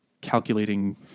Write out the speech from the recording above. calculating